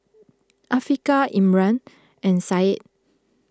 Afiqah Imran and Syed